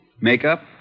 Makeup